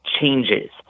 changes